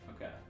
Okay